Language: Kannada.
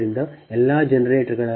ಆದ್ದರಿಂದ ಎಲ್ಲಾ ಜನರೇಟರ್ಗಳ 1∠0p